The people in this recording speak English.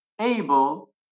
able